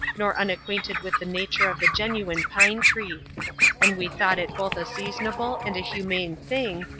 nor unacquainted with the nature of the genuine pine tree and we thought it both a seasonable and humane thing,